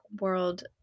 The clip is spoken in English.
world